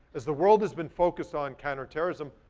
as the world has been focused on counter-terrorism,